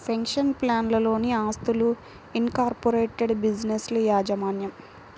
pension ప్లాన్లలోని ఆస్తులు, incorporated బిజినెస్ల యాజమాన్యం